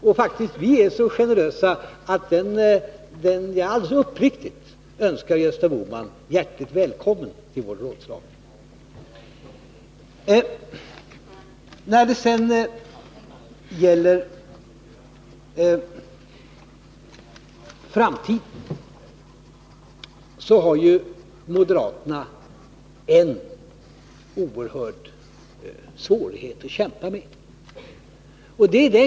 Jag önskar alldeles uppriktigt Gösta Bohman välkommen till vårt rådslag. Moderaterna har en oerhörd svårighet att kämpa med i framtiden.